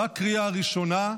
בקריאה הראשונה.